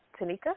Tanika